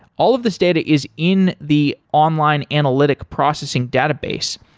all of this data is in the online analytic processing database.